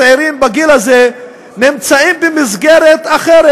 צעירים בגיל הזה נמצאים במסגרת אחרת: